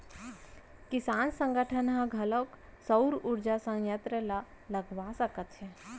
किसान संगठन ह घलोक सउर उरजा संयत्र ल लगवा सकत हे